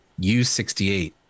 U68